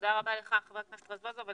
רבה לך, חבר הכנסת רזבוזוב.